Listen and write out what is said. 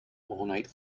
ornate